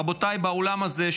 רבותיי באולם הזה,